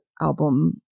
album